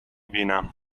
بینم